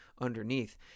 underneath